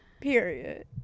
Period